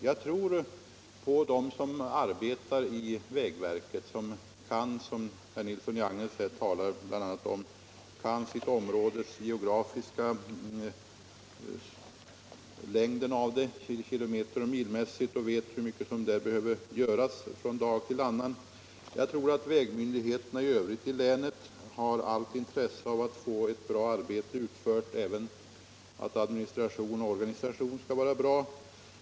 Jag tror på dem som arbetar vid vägverket och som känner, som herr Nilsson här bl.a. talar om, sitt områdes geografi i kilometer och mil och vet vad som där behöver göras från dag till annan. Jag tror också att vägmyndigheterna i övrigt i länet har allt intresse av att få arbetet bra utfört och av att administration och organisation fungerar bra.